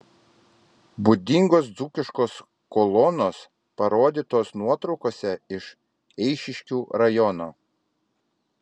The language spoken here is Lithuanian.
būdingos dzūkiškos kolonos parodytos nuotraukose iš eišiškių rajono